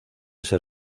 ser